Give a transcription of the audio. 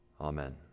Amen